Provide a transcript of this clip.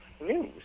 news